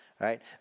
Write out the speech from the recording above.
right